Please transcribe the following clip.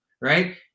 right